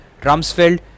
Rumsfeld